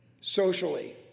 socially